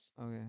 Okay